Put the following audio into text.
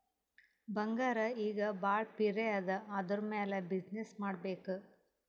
ಬಂಗಾರ್ ಈಗ ಭಾಳ ಪಿರೆ ಅದಾ ಅದುರ್ ಮ್ಯಾಲ ಬಿಸಿನ್ನೆಸ್ ಮಾಡ್ಬೇಕ್